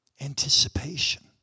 anticipation